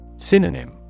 Synonym